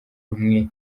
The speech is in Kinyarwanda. rumwe